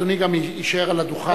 אדוני גם יישאר על הדוכן.